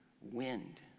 Wind